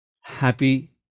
happy